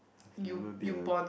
I've never been a